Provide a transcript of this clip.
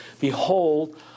Behold